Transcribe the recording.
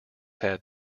had